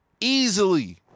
easily